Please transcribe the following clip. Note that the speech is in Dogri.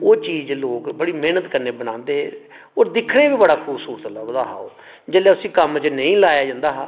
ओह् चीज लोक बड़ी मैह्नत कन्नै बनांदे हे होर दिक्खने गी बी बड़ा खूबसूरत लभदा हा ओह् जेल्लै उसी कम्म च नेईं लाया जंदा हा